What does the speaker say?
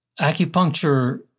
acupuncture